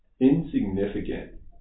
insignificant